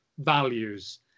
values